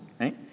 right